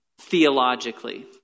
theologically